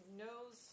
knows